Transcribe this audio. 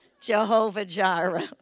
Jehovah-Jireh